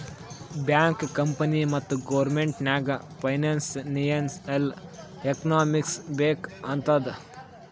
bank, company ಮತ್ತ government ನಾಗ್ financial economics ಬೇಕ್ ಆತ್ತುದ್